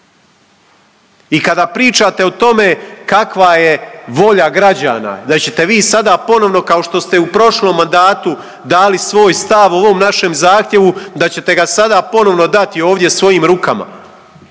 I kada pričate o tome kakva je volja građana, da ćete vi sada ponovno kao što ste i u prošlom mandatu dali svoj stav o ovom našem zahtjevu, da ćete ga sada ponovno dati ovdje svojim rukama.